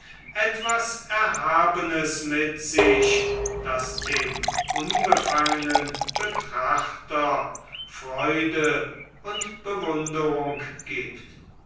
etwas erhabenes mit sich das dem unbefangenen betrachter freude und bewunderung gibt